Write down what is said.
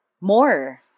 More